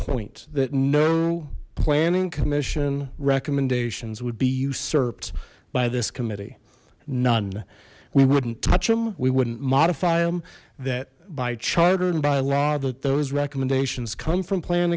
point that no planning commission recommendations would be usurped by this committee none we wouldn't touch him we wouldn't modify them that by charter and by law that those recommendations come from planning